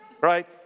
right